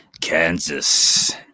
Kansas